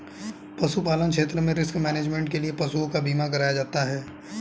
पशुपालन क्षेत्र में रिस्क मैनेजमेंट के लिए पशुओं का बीमा कराया जाता है